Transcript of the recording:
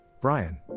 Brian